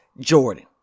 Jordan